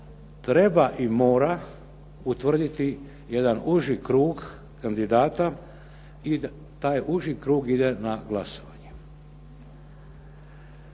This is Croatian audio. treba i mora utvrditi jedan uži krug kandidata i da taj uži krug ide na glasovanje.